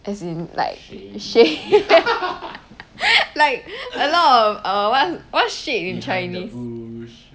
as in like shade like a lot of err one what shade in chinese